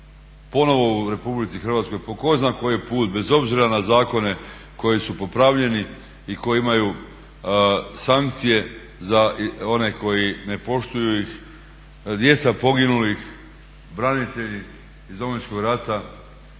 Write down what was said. ponovo u RH po tko zna koji put bez obzira na zakone koji su popravljeni i koji imaju sankcije za one koje ne poštuju ih da djeca poginulih, branitelji iz Domovinskog rata